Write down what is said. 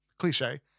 cliche